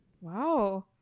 Wow